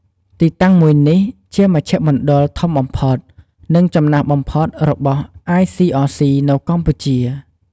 ទីតាំងមួយនេះ ជាមជ្ឈមណ្ឌលធំបំផុត និងចំណាស់បំផុតរបស់ អាយសុី អរ សុីនៅកម្ពុជា។